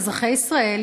אזרחי ישראל,